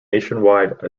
nationwide